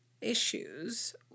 issues